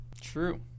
True